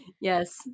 yes